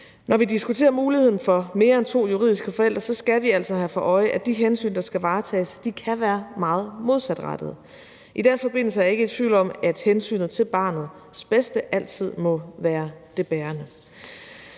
Når vi diskuterer muligheden for mere end to juridiske forældre, skal vi altså have for øje, at de hensyn, der skal varetages, kan være meget modsatrettede. I den forbindelse er jeg ikke tvivl om, at hensynet til barnets bedste altid må være det bærende.